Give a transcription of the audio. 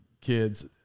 kids